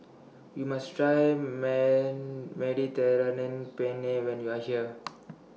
YOU must Try Mediterranean Penne when YOU Are here